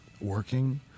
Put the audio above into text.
working